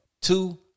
Two